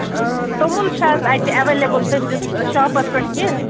اۭں توٚمُل چھےٚ حظ اَتہِ اٮ۪ویلیبٕل تُہٕنٛدِس شاپَس پٮ۪ٹھ کیٚنہہ